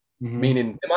meaning